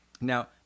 Now